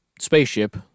spaceship